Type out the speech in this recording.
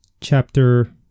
chapter